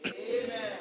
Amen